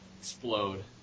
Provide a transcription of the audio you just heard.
Explode